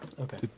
okay